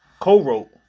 co-wrote